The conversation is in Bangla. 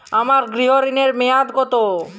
আমার গৃহ ঋণের মেয়াদ কত?